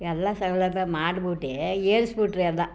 ಎಲ್ಲ ಸೌಲಭ್ಯ ಮಾಡಿಬಿಟ್ಟು ಏರಿಸಿಬಿಟ್ರು ಎಲ್ಲ